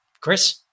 Chris